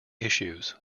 issues